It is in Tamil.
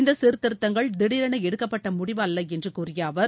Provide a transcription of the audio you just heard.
இந்த சீர்திருத்தங்கள் திடீரென எடுக்கப்பட்ட முடிவு அல்ல என்று கூறிய அவர்